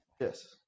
Yes